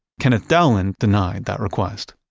kenneth dowlin denied that request.